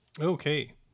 Okay